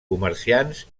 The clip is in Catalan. comerciants